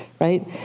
right